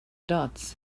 dots